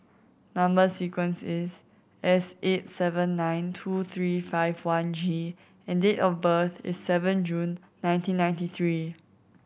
number sequence is S eight seven nine two three five one G and date of birth is seven June nineteen ninety three